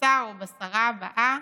בשר או בשרה הבאה